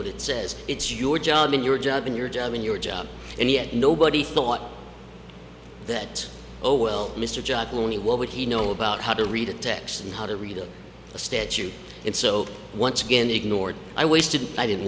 what it says it's your job and your job and your job and your job and yet nobody thought that oh well mr jack looney what would he know about how to read a text and how to read a statute and so once again ignored i wasted i didn't